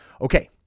okay